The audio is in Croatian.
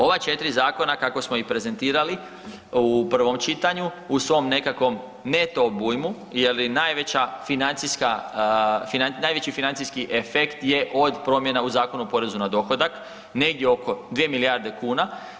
Ova 4 zakona kako smo i prezentirali u prvom čitanju u svom nekakvom neto obujmo je li najveća financijska, najveći financijski efekt je od promjena u Zakonu o porezu na dohodak negdje oko 2 milijarde kuna.